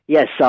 Yes